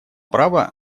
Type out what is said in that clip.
права